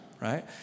right